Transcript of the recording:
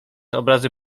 obrazy